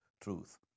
truth